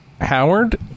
Howard